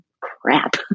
crap